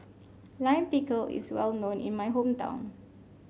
Lime Pickle is well known in my hometown